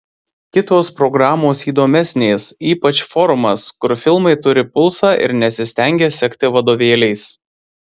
kitos programos įdomesnės ypač forumas kur filmai turi pulsą ir nesistengia sekti vadovėliais